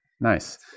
nice